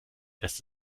lässt